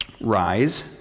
Rise